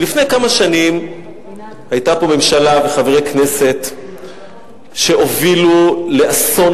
לפני כמה שנים היתה פה ממשלה וחברי כנסת שהובילו לאסון